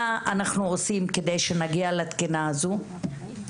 מה אנחנו עושים כדי שנגיע לתקינה הזו?